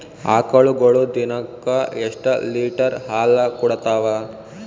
ಆಕಳುಗೊಳು ದಿನಕ್ಕ ಎಷ್ಟ ಲೀಟರ್ ಹಾಲ ಕುಡತಾವ?